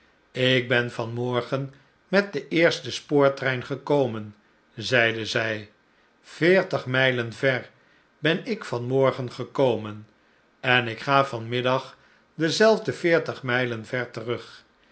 ik ben van morgen met den eersten spoortrein gekomen zeide zij veertig mijlen ver ben ik van morgen gekomen en ik ga van middag dezelfde veertig mijlen ver terug